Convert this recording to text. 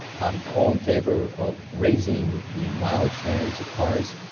i'm all in favour of raising the mileage standards of cars.